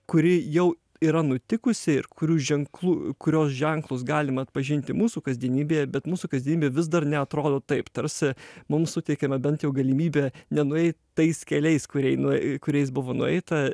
kuri jau yra nutikusi ir kurių ženklų kurios ženklus galima atpažinti mūsų kasdienybėje bet mūsų kasdienybė vis dar neatrodo taip tarsi mums suteikiama bent jau galimybė nenueit tais keliais kurie nuei kuriais buvo nueita